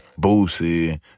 Boosie